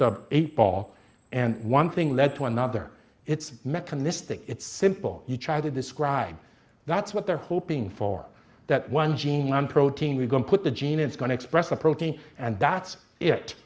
the eight ball and one thing led to another it's mechanistic it's simple you try to describe that's what they're hoping for that one gene one protein we can put the gene it's going to express a protein and that's